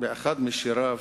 כתב פעם באחד משיריו,